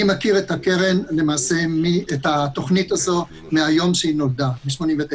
אני מכיר את התכנית הזאת מהיום שהיא נולדה ב-1989.